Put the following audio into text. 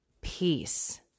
peace